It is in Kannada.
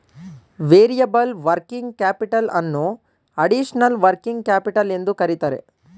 ವೇರಿಯಬಲ್ ವರ್ಕಿಂಗ್ ಕ್ಯಾಪಿಟಲ್ ಅನ್ನೋ ಅಡಿಷನಲ್ ವರ್ಕಿಂಗ್ ಕ್ಯಾಪಿಟಲ್ ಎಂದು ಕರಿತರೆ